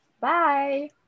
Bye